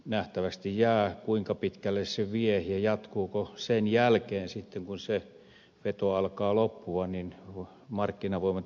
nähtäväksi jää kuinka pitkälle se vie ja jatkuuko se sen jälkeen kun se veto alkaa loppua että markkinavoimat rupeavat sitten viemään